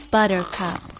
Buttercup